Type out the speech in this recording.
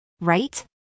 Right